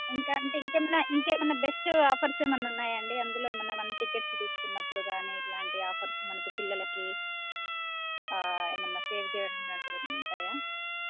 ఇంకా అంటే ఇంకేమైనా ఇంకేమైనా బెస్ట్ ఆఫర్స్ ఏమైనా ఉన్నాయాండీ అందులో ఏమైనా మన టికెట్స్ తీసుకున్నప్పుడు కానీ ఇట్లాంటి ఆఫర్స్ మనకు పిల్లలకి ఏమైనా సేవ్ చేయడం లాంటివి ఉంటాయా